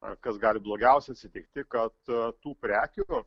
ar kas gali blogiausia atsitikti kad tų prekių